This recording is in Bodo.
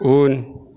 उन